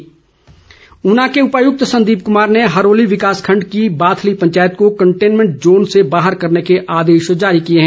containment रूना ऊना के उपायुक्त संदीप कुमार ने हरोली विकास खंड की बाथली पंचायत को कंटैनमेंट जोन से बाहर करने के आदेश जारी किए हैं